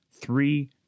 three